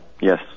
Yes